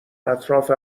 اطراف